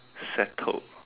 settled